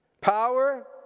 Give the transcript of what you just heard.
Power